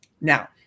Now